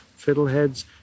fiddleheads